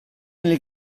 nel